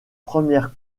premières